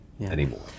anymore